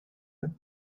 and